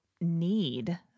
Need